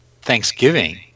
Thanksgiving